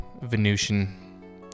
Venusian